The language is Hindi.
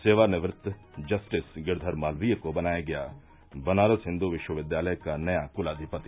सेवानिवृत जस्टिस गिरधर मालवीय को बनाया गया बनारस हिन्दू विश्वविद्यालय का नया कुलाधिपति